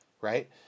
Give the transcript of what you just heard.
Right